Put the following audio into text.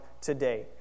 today